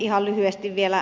ihan lyhyesti vielä